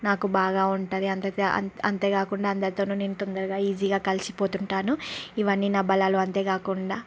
నాకు బాగా ఉంటుంది అంతే అంతే కాకుండా అందరితోని నేను తొందరగా ఈజీగా కలిసిపోతుంటాను ఇవన్నీ నా బలాలు అంతే కాకుండా